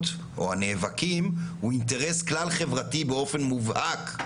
או הנאבקים הוא אינטרס כלל-חברתי באופן מובהק,